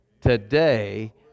today